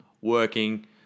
working